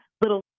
little